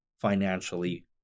financially